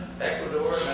Ecuador